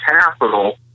capital